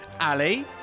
Ali